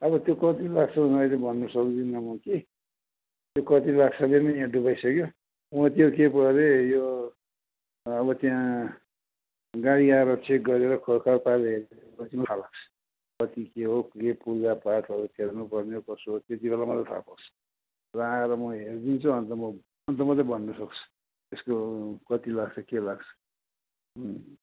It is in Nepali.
अब त्यो कति लाग्छ म अहिले भन्न सक्दिनँ के त्यो कति लाग्छ कुन्नि यहाँ डुबाइसक्यो म त्यो के पो अरे यो अब त्यहाँ गाडी अब चेक गरेर खोलखाल पारेर हेर्छु पछि पो थाहा लाग्छ कति के हो के पुर्जा पार्टहरू फेर्नु पर्ने हो कसो हो त्यति बेला मात्र थाहा पाउँछ र आएर म हेरिदिन्छु अनि त अनि त मत्रै भन्न सक्छु त्यो कति लाग्छ के लाग्छ